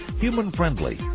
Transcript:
human-friendly